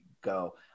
go